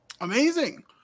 Amazing